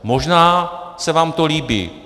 Možná se vám to líbí.